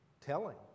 telling